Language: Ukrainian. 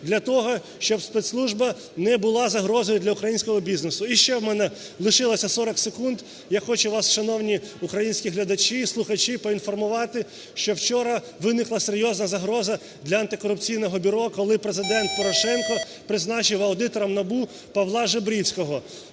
для того, щоб спецслужба не була загрозою для українського бізнесу. І ще у мене лишилося 40 секунд, я хочу вас, шановні українські глядачі і слухачі, проінформувати, що вчора виникла серйозна загроза для Антикорупційного бюро, коли Президент Порошенко призначив аудитором НАБУ Павла Жебрицького.